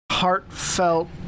heartfelt